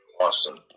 Awesome